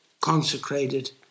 consecrated